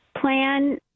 plan